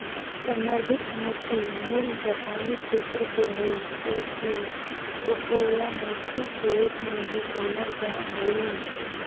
संवर्धित मोती मूल जापानी क्षेत्र के हइ जे कि अकोया मोती के रूप में भी जानल जा हइ